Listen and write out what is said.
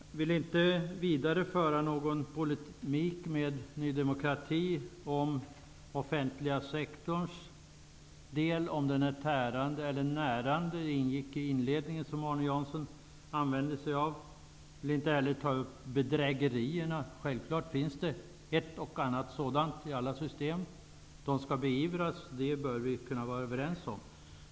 Jag vill inte gå in i någon vidare polemik med Ny demokrati om huruvida den offentliga sektorn är tärande eller närande. Det ingick i Arne Janssons inledning. Jag vill inte heller ta upp bedrägerierna. Självfallet finns det ett och annat sådant i alla system. De skall beivras. Det bör vi kunna vara överens om.